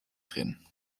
drin